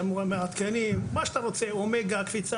שבו מעודכנים מה שאתה רוצה אומגה; קפיצה